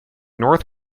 north